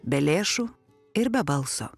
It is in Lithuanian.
be lėšų ir be balso